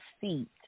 feet